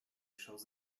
shows